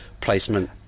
placement